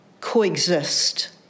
coexist